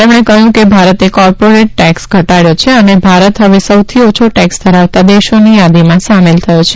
તેમણે કહ્યું કે ભારતે કોર્પોરિટ ટેક્સ ઘટાડ્યો છે અને ભારત હવે સૌથી ઓછો ટેક્સ ધરાવતા દેશોની થાદીમાં સામેલ થયો છે